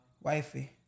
Wifey